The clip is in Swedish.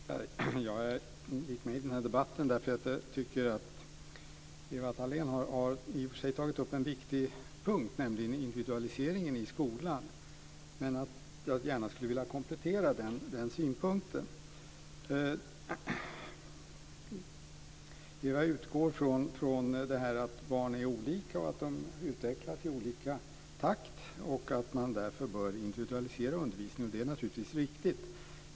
Herr talman! Jag gick med i denna debatt därför att jag tycker att Ewa Thalén Finné har tagit upp en viktig punkt, nämligen individualiseringen i skolan, och därför att jag gärna skulle vilja komplettera hennes synpunkter. Ewa utgår från det faktum att barn är olika och utvecklas i olika takt och att man därför bör individualisera undervisningen. Det är naturligtvis riktigt.